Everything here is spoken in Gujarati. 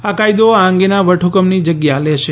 આ કાયદો આ અંગેના વટહ્કમની જગ્યા લે છે